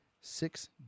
Six